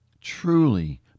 truly